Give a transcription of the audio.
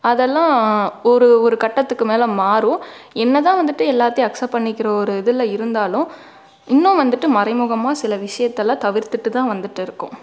அதெல்லாம் ஒரு ஒரு கட்டத்துக்கு மேலே மாறும் என்ன தான் வந்துட்டு எல்லாத்தையும் அக்சப்ட் பண்ணிக்கிற ஒரு இதில் இருந்தாலும் இன்னும் வந்துட்டு மறைமுகமாக சில விஷயத்தெல்லாம் தவிர்த்திட்டு தான் வந்துட்டு இருக்கோம்